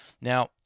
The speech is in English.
Now